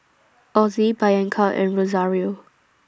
Ozie Bianca and Rosario